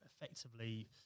effectively